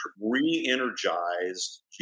re-energized